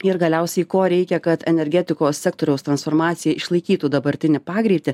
ir galiausiai ko reikia kad energetikos sektoriaus transformacija išlaikytų dabartinį pagreitį